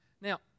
Now